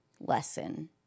lesson